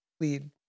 lead